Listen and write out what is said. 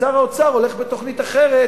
שר האוצר הולך בתוכנית אחרת,